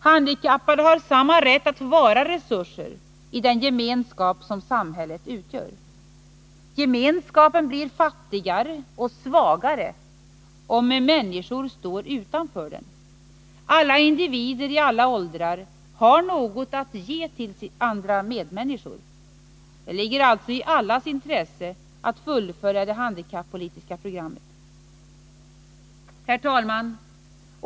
Handikappade har samma rätt att få vara resurser i den gemenskap som samhället utgör. Gemenskapen blir fattigare och svagare om människor står utanför den. Alla individer i alla åldrar har något att ge till andra medmänniskor. Det ligger alltså i allas intresse att fullfölja det handikappolitiska programmet. Herr talman!